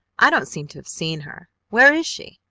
i don't seem to have seen her! where is she?